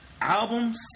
albums